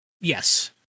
yes